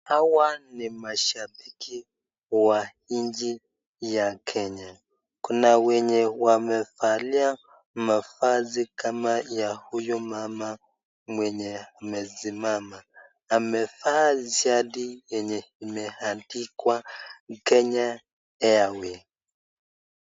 Hawa ni mashabiki wa nchi ya Kenya , kuna wenye wamevalia mavazi kama ya huyu mama mwenye amesimama , amevaa shati yenye imeandikwa Kenya (cs)airways(cs).